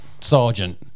sergeant